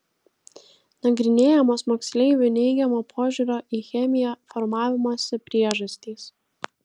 nagrinėjamos moksleivių neigiamo požiūrio į chemiją formavimosi priežastys